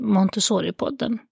Montessori-podden